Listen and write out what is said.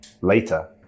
later